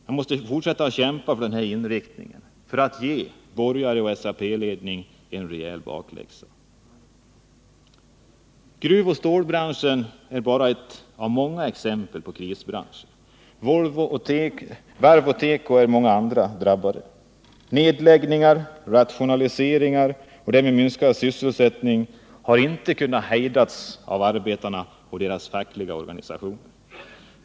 Vi måste kämpa för en sådan inriktning för att ge borgare och SAP-ledning bakläxa. Gruvoch stålbranschen är bara ett av många exempel på krisbranscher. Varven, tekobranschen och många andra branscher är drabbade. Nedläggningar, rationaliseringar och därmed minskad sysselsättning har inte kunnat hejdas av arbetarna och deras fackliga organisationer.